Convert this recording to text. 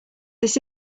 this